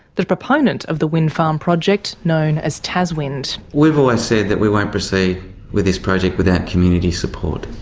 the proponent of the wind farm project, known as taswind. we've always said that we won't proceed with this project without community support.